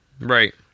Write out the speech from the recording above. Right